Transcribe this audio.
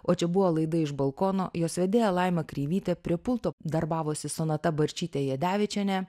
o čia buvo laida iš balkono jos vedėja laima kreivytė prie pulto darbavosi sonata barčytė jadevičienė